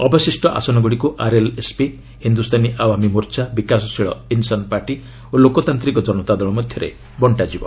ଅବଶିଷ୍ଟ ଆସନଗୁଡ଼ିକୁ RLSP Hindustani Awam Morcha Vikassheel Insaan party ଓ ଲୋକତାନ୍ତ୍ରିକ ଜନତାଦଳ ମଧ୍ୟରେ ବଙ୍କାଯିବ